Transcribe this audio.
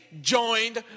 joined